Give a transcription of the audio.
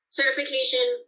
certification